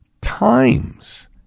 times